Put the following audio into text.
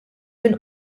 minn